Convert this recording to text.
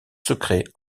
secrets